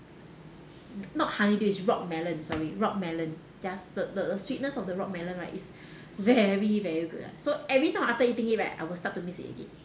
not honeydew is rock melon sorry rock melon yes the the sweetness of the rock melon right is very very good ah so every time after eating it right I will start to miss it again